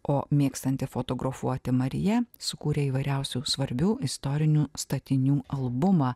o mėgstanti fotografuoti marija sukūrė įvairiausių svarbių istorinių statinių albumą